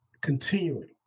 continuing